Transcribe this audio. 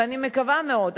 ואני מקווה מאוד,